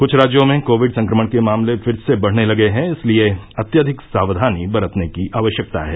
कुछ राज्यों में कोविड संक्रमण के मामले फिर से बढ़ने लगे है इसलिये अत्यधिक साक्वानी बरतने की आवश्यकता है